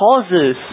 causes